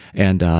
and,